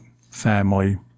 family